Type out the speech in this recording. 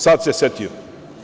Sad se setio.